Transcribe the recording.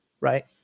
Right